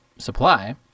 supply